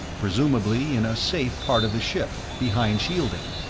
presumably in a safe part of the ship, behind shielding,